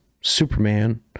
Superman